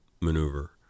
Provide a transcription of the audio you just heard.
maneuver